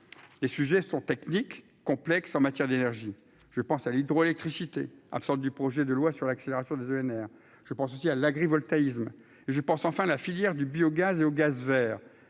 les sujets sont techniques complexes en matière d'énergie, je pense à l'hydroélectricité absorbe du projet de loi sur l'accélération des ENR, je pense aussi à l'agrivoltaïsme je pense, enfin la filière du biogaz et au gaz vers